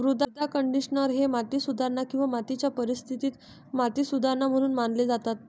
मृदा कंडिशनर हे माती सुधारणा किंवा मातीच्या परिस्थितीत माती सुधारणा म्हणून मानले जातात